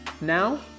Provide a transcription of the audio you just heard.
Now